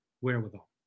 wherewithal